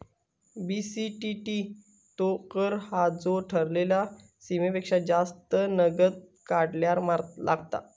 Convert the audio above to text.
BCTT तो कर हा जो ठरलेल्या सीमेपेक्षा जास्त नगद काढल्यार लागता